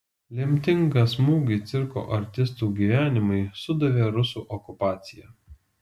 lemtingą smūgį cirko artistų gyvenimui sudavė rusų okupacija